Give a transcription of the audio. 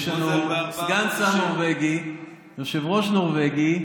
יש לנו סגן שר נורבגי, יושב-ראש נורבגי.